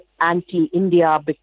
anti-India